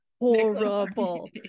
horrible